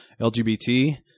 lgbt